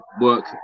work